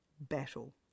battle